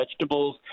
vegetables